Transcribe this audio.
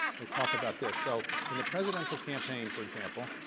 they talk about this. so in the presidential campaign for example,